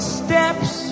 steps